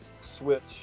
switch